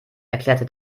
erklärte